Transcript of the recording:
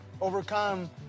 overcome